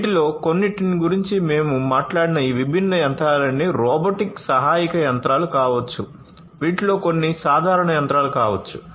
వీటిలో కొన్నింటి గురించి మేము మాట్లాడిన ఈ విభిన్న యంత్రాలన్నీ రోబోట్ సహాయక యంత్రాలు కావచ్చు వీటిలో కొన్ని సాధారణ యంత్రాలు కావచ్చు